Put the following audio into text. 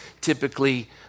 typically